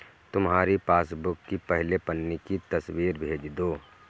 तुम्हारी पासबुक की पहले पन्ने की तस्वीर भेज दो